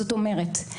זאת אומרת,